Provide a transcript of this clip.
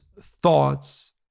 thoughts